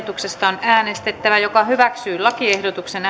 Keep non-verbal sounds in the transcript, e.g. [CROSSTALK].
on äänestettävä lakiehdotuksen [UNINTELLIGIBLE]